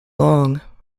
long